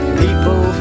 people